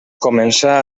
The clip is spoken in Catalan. començà